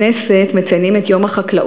בכנסת מציינים מדי שנה את יום החקלאות,